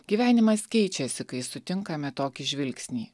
gyvenimas keičiasi kai sutinkame tokį žvilgsnį